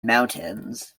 mountains